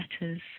letters